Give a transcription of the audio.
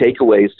takeaways